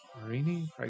Marini